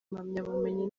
impamyabumenyi